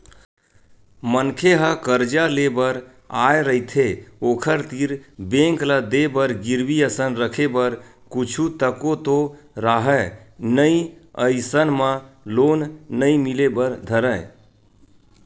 मनखे ह करजा लेय बर आय रहिथे ओखर तीर बेंक ल देय बर गिरवी असन रखे बर कुछु तको तो राहय नइ अइसन म लोन नइ मिले बर धरय